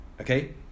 Okay